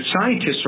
scientists